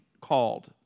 called